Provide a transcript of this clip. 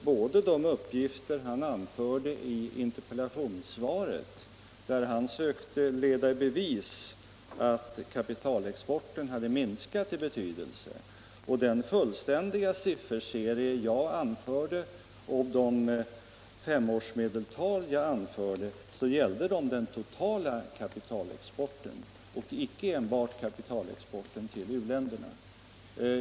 Både de uppgifter han anförde i interpellationssvaret — där han sökte leda i bevis att kapitalexporten hade minskat i betydelse — och den fullständiga sifferserie och de femårsmedeltal jag anförde gällde faktiskt den totala kapitalexporten och icke enbart kapitalexporten till u-länderna.